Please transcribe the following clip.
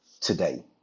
today